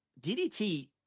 DDT